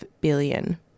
billion